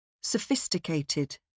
Sophisticated